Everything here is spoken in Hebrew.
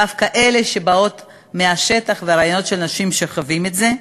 דווקא אלה שבאות מהשטח ומרעיונות של אנשים שחווים את זה.